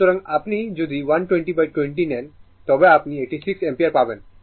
সুতরাং আপনি যদি 120 20 নেন তবে আপনি এটি 6 অ্যাম্পিয়ার পাবেন